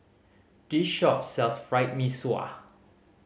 this shop sells Fried Mee Sua